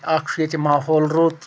اَکھ چھُ ییٚتہِ ماحول رُت